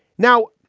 now,